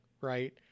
right